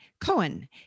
Cohen